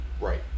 Right